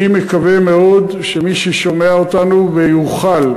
אני מקווה מאוד שמי ששומע אותנו ויכול,